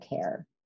care